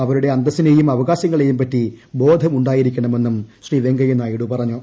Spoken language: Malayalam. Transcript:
അവരുടെ അന്തസ്സിനെയും അവകാശങ്ങളെ യുംപറ്റി ബോധമുണ്ടായിരിക്കണമെന്നും പൂശീ വെങ്കയ്യ നായിഡു പറഞ്ഞു